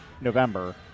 November